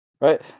Right